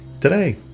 today